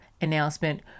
announcement